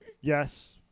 Yes